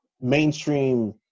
mainstream